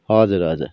हजुर हजर